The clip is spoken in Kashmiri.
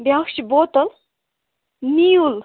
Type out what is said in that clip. بیٛاکھ چھِ بوتَل نِیوٗل